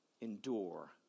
endure